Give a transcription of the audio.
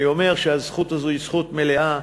אני אומר שהזכות הזאת היא זכות מלאה,